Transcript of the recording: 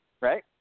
right